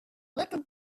little